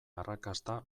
arrakasta